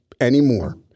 anymore